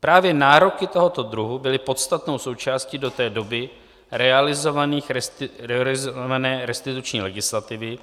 Právě nároky tohoto druhu byly podstatnou součástí do té doby realizované restituční legislativy,